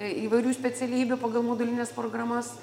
įvairių specialybių pagal modulines programas